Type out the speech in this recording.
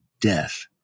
death